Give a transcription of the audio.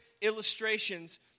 illustrations